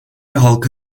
halka